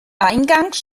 eingangs